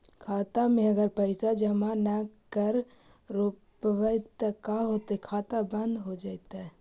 खाता मे अगर पैसा जमा न कर रोपबै त का होतै खाता बन्द हो जैतै?